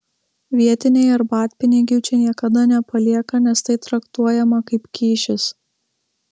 vietiniai arbatpinigių čia niekada nepalieka nes tai traktuojama kaip kyšis